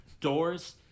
doors